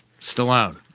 Stallone